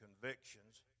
convictions